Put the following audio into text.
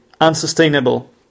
unsustainable